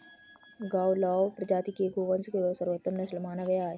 गावलाव प्रजाति के गोवंश को सर्वोत्तम नस्ल माना गया है